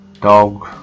dog